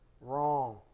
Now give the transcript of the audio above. wrong